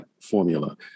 formula